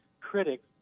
critics